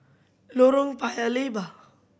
Lorong Paya Lebar